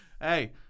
Hey